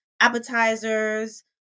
appetizers